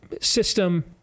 system